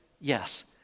Yes